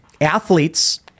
athletes